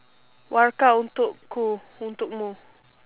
warkah untukku untukmu